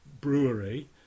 brewery